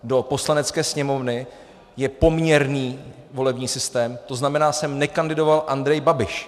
Do Poslanecké sněmovny je poměrný volební systém, tzn. sem nekandidoval Andrej Babiš.